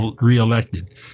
re-elected